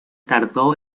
tardó